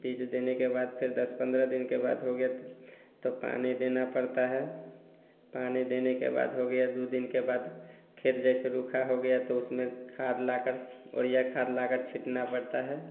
बीज देने के बाद फ़िर दस पंद्रह दिन के बाद हो गया तो पानी देना पड़ता है पानी देने के बाद हो गया दो दिन के बाद खेत जैसे रूखा हो गया तो उसमें खाद लाकर उरिया खाद लाकर छिड़कना पड़ता है